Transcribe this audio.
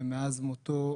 ומאז מותו,